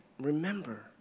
Remember